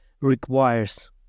requires